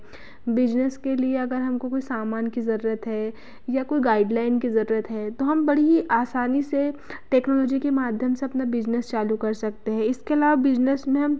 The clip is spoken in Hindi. बिजनेस के लिए अगर हमको कोई सामान की ज़रूरत है या कोई गाइडलाइन की ज़रूरत है तो हम बड़ी ही आसानी से टेक्नोलॉजी के माध्यम से अपना बिजनेस चालू कर सकते हैं इसके अलावा बिजनेस में हम